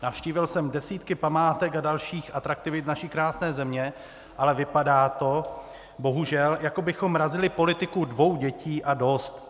Navštívil jsem desítky památek a dalších atraktivit naší krásně země, ale vypadá to bohužel, jako bychom razili politiku dvou dětí a dost.